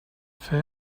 fer